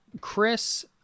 Chris